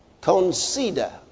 consider